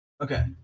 Okay